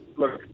look